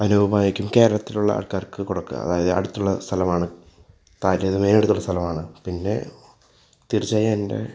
അനുഭവമായിരിക്കും കേരളത്തിൽ ഉള്ള ആൾക്കാർക്ക് കൊടുക്കുക അതായത് അടുത്തുള്ള സ്ഥലമാണ് കാര്യം അത് മെയിൻ ആയിട്ടുള്ള ഒരു സ്ഥലം ആണ് പിന്നെ തീർച്ചയായും എൻ്റെ